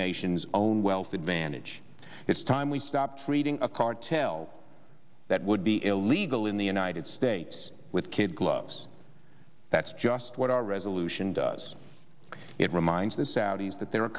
nations own wealth advantage it's time we stop treating a cartel that would be illegal in the united states with kid gloves that's just what our resolution does it reminds the saudis that there are